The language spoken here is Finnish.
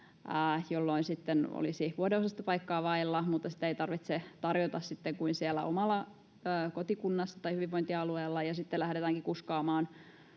jolloin sitten olisi vuodeosastopaikkaa vailla, mutta sitä ei tarvitse tarjota kuin omalla hyvinvointialueella, ja sitten lähdetäänkin kuskaamaan